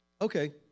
Okay